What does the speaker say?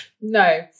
No